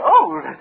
old